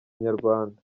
nyarwanda